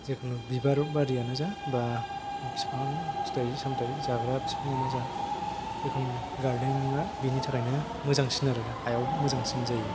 जेखुनु बिबार बारियानो जा बा बिफां फिथाइ सामथाइ जाग्रा बिफाङानो जा जेखुनु गार्डेनिङा बेनि थाखायनो मोजांसिन आरो हायाव मोजांसिन जायो